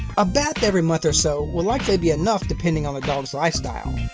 a bath every month or so will likely be enough, depending on the dog's lifestyle